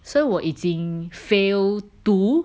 so 我已经 fail two